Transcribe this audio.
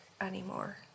anymore